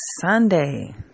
Sunday